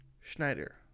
Schneider